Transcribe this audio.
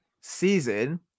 season